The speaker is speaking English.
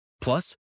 Plus